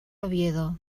oviedo